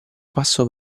passo